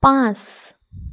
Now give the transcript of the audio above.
পাঁচ